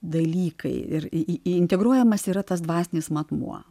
dalykai ir į integruojamas yra tas dvasinis matmuo